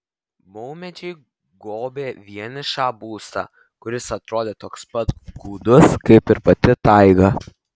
maumedžiai gobė vienišą būstą kuris atrodė toks pat gūdus kaip ir pati taiga